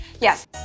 Yes